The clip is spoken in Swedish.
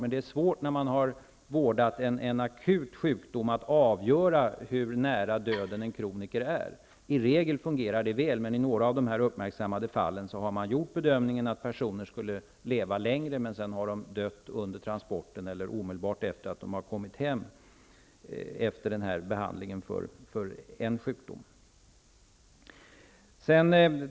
Men det är svårt när man har vårdat en akut sjukdom att avgöra hur nära döden en kroniker är. I regel fungerar det hela väl. Men i några av de uppmärksammade fallen har man gjort bedömningen att personer skulle leva längre, men ändå har de dött under transporten eller omedelbart efter det att de har kommit hem sedan de har behandlats för en sjukdom.